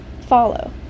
follow